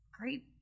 great